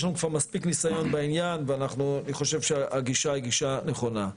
יש לנו כבר מספיק ניסיון בעניין ואני חושב שהגישה היא גישה נכונה.